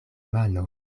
mano